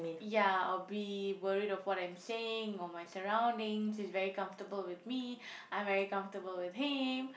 ya or be worried of what I'm saying or my surroundings he's very comfortable with me I'm very comfortable with him